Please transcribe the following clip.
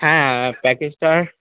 হ্যাঁ হ্যাঁ প্যাকেজটার